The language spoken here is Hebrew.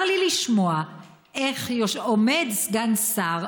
צר לי לשמוע איך עומד סגן השר,